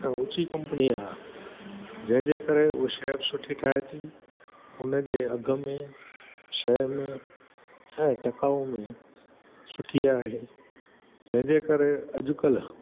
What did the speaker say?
ऐं ऊची कंपनी आहे जंहिंजे करे उहा शइ बि सुठी ठाहे थी उन जे अघु में शइ में ऐं टिकाऊं में सुठी आहे जंहिंजे करे अॼुकल्ह